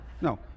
No